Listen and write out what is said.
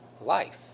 life